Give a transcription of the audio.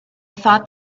thought